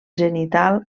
zenital